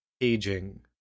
aging